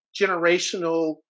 generational